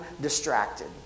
distracted